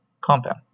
compound